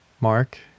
Mark